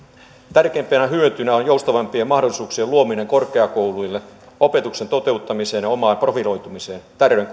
tärkeimpänä hyötynä on joustavampien mahdollisuuksien luominen korkeakouluille opetuksen toteuttamiseen ja omaan profiloitumiseen